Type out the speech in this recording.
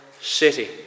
city